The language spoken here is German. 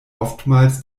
oftmals